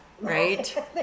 right